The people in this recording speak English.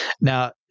Now